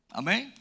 amen